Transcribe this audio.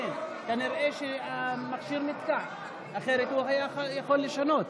כנראה שהמכשיר נתקע, אחרת הוא היה יכול לשנות.